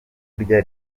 kurya